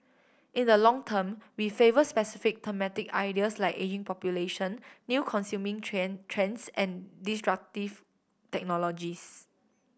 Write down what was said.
in the long term we favour specific thematic ideas like ageing population new consuming trend trends and disruptive technologies